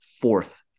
fourth